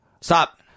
Stop